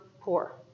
poor